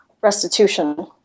restitution